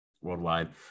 worldwide